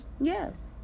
Yes